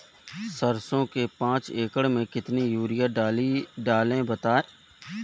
सरसो के पाँच एकड़ में कितनी यूरिया डालें बताएं?